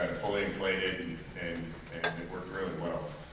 and fully inflated and it worked really well.